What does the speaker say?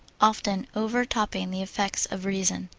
often over-topping the effects of reason.